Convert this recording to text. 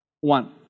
One